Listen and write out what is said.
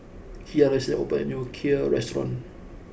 Kira recently opened a new Kheer restaurant